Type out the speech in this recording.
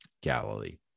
Galilee